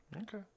Okay